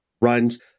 runs